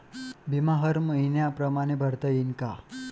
बिमा हर मइन्या परमाने भरता येऊन का?